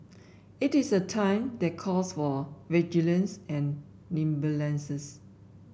it is a time that calls for vigilance and